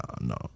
no